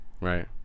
Right